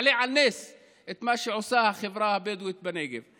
לא שמעתי שמישהו מעלה על נס את מה שעושה החברה הבדואית בנגב.